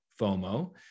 FOMO